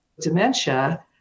dementia